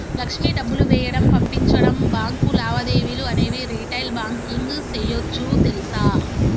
లక్ష్మి డబ్బులు వేయడం, పంపించడం, బాంకు లావాదేవీలు అనేవి రిటైల్ బాంకింగ్ సేయోచ్చు తెలుసా